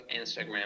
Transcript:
Instagram